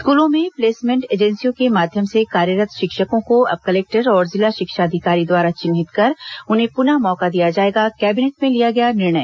स्कूलों में प्लेसमेंट एजेंसियों के माध्यम से कार्यरत शिक्षकों को अब कलेक्टर और जिला शिक्षा अधिकारी द्वारा चिन्हित कर उन्हें पुनः मौका दिया जाएगा कैंबिनेट में लिया गया निर्णय